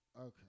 Okay